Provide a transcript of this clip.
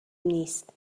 نیست